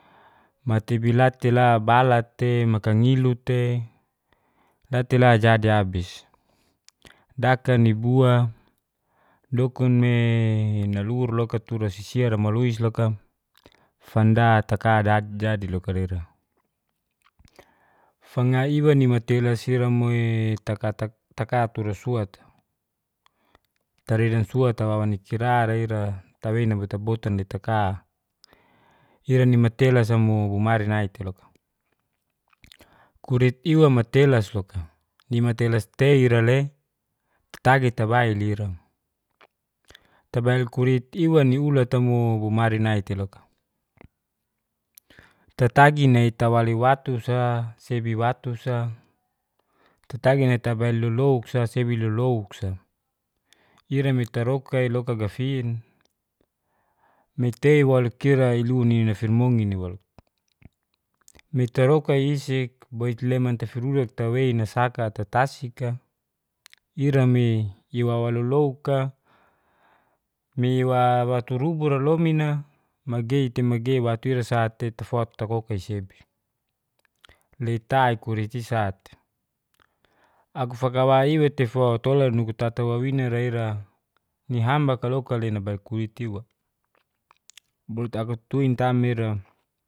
Matebila'te la bala'te, makangilu'te, la tei la jadi abis. Dakani bua dukunme nalur loka tura sisiara maluis loka, fanda takadat' jadi loka ira. Fanga iwani matela siram'e takatura suat' taridan suat'a wawani kirara' ira tawei nabotak-botan'le taka ira nai matela sa mo bumari nai tei loka. Kurit iwa matelas loka nimatelas tei ira 'le tatagi tabail ira. Tabail kulit iwa niulat'a mo bumari nai tei loka. Tatagi nai tawaliwatu sa sebi watu sa, tatagi nai tabail lolouksa sebi lolouk sa ira naitaroka'e loka gafin, nai tei walo i'ra ailunina firmongini walo. nai tarokaisik boitleman tafirurak tawei nasakat tatasi'ka ira nai iwawa lolouk' ka nai waturubura lomin'a magei tei magei watu ira sa'te tefot kakokai sebi. Letai kuricisat' aku fagawiai'e tefo tolan nugu tata wawinara ira nihambak kaloka nai nabail kulit iwa, boit aku tuintam ira